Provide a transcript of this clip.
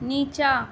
नीचाँ